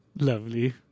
lovely